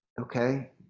Okay